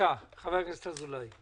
שומע את הכול פה